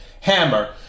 hammer